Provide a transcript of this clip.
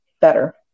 better